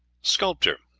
sculpture